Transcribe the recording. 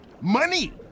Money